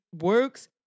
works